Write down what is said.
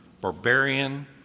barbarian